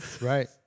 right